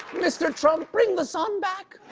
mr. trump, bring the sun back.